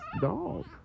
dog